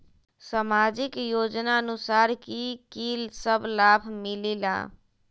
समाजिक योजनानुसार कि कि सब लाब मिलीला?